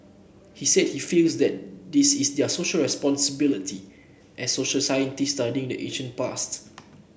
he said he feels that this is their Social Responsibility as social scientists studying the ancient past